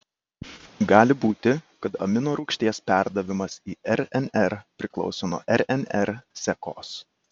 gali būti kad aminorūgšties perdavimas į rnr priklauso nuo rnr sekos